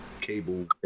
cable